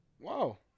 Wow